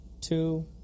two